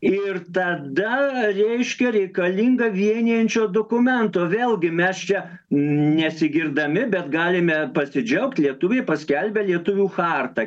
ir tada reiškia reikalinga vienijančio dokumento vėlgi mes čia nesigirdami bet galime pasidžiaugti lietuviai paskelbė lietuvių chartą